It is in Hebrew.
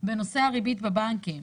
בנושא הריבית בבנקים.